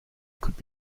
could